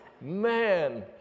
Man